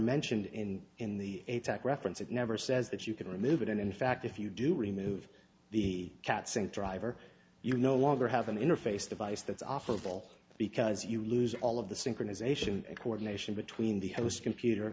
mentioned in in the atack reference it never says that you can remove it and in fact if you do remove the cats and driver you no longer have an interface device that's awful because you lose all of the synchronization coordination between the host computer